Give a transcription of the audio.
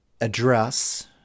address